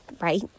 right